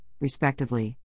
respectively